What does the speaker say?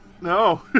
No